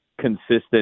consistent